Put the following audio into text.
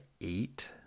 eight